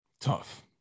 tough